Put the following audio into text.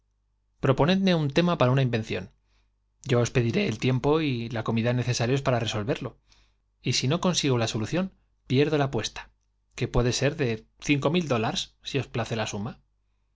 proponedme un tema para una invención yo os pediré el tiempo y la comida necesarios para resolverlo y si no consigo la solución pierdo la apuesta que puede ser de cinco mil dollar si os place la suma